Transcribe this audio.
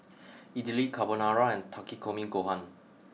Idili Carbonara and Takikomi Gohan